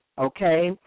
okay